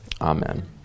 Amen